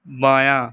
بایاں